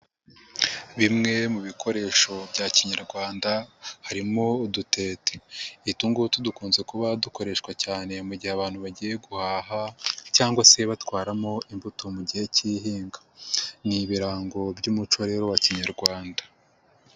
Bimwe mu bikoresho bya kinyarwanda harimo udutete, utungubutu dukunze kuba dukoreshwa cyane mu gihe abantu bagiye guhaha cyangwa se batwaramo imbuto mu gihe cy'ihinga, ni ibirango by'umuco rero wa kinyarwanda.